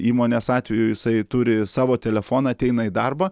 įmonės atveju jisai turi savo telefoną ateina į darbą